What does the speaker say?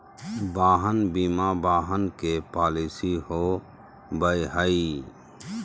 वाहन बीमा वाहन के पॉलिसी हो बैय हइ